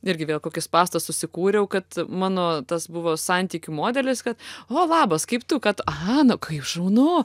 irgi vėl kokius spąstus susikūriau kad mano tas buvo santykių modelis kad o labas kaip tu kad a nu kaip šaunu